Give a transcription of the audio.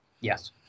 Yes